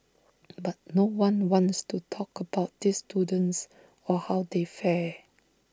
but no one wants to talk about these students or how they fare